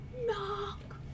Knock